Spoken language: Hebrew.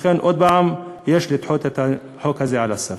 לכן, עוד פעם, יש לדחות את החוק הזה על הסף.